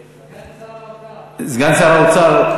סגן שר האוצר,